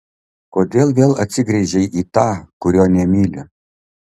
kodėl vėl atsigręžei į tą kurio nemyli